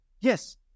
yes